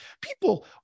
people